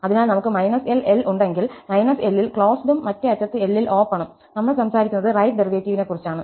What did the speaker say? അതിനാൽ നമുക് −L L ഉണ്ടെങ്കിൽ −L ൽ ക്ലോസ്ഡ് ഉം മറ്റേ അറ്റത്ത് L ൽ ഓപ്പൺ ഉം നമ്മൾ സംസാരിക്കുന്നത് റൈറ്റ് ഡെറിവേറ്റീവിനെക്കുറിച്ചാണ്